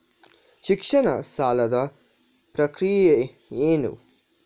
ಶಿಕ್ಷಣ ಸಾಲದ ಪ್ರಕ್ರಿಯೆ ಏನು?